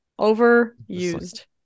Overused